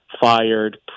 fired